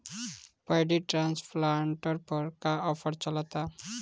Paddy transplanter पर का offer चलता?